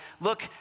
look